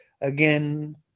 again